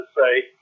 say